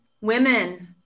Women